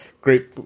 Great